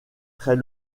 très